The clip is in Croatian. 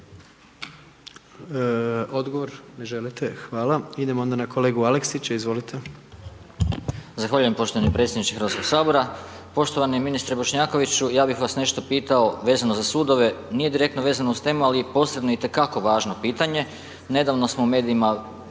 Odgovor, ne želite? Hvala. Idemo onda na kolegu Aleksića, izvolite. **Aleksić, Goran (SNAGA)** Zahvaljujem poštovani predsjedniče Hrvatskog sabora. Poštovani ministre Bošnjakoviću, ja bih vas nešto pitao vezano za sudove, nije direktno vezano uz temu ali posebno je i itekako važno pitanje. Nedavno smo u medijima